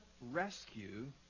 rescue